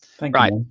Right